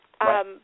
Right